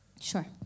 Sure